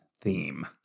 theme